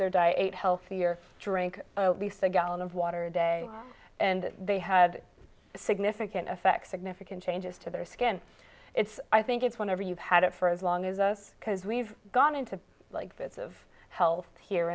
their diet ate healthy or drink a gallon of water a day and they had significant effects significant changes to their skin it's i think it's whenever you've had it for as long as us because we've gone in to like bits of health here